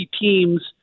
teams